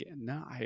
No